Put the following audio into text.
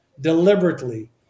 deliberately